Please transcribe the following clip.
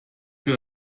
für